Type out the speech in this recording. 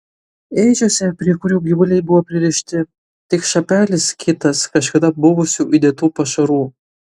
ėdžiose prie kurių gyvuliai buvo pririšti tik šapelis kitas kažkada buvusių įdėtų pašarų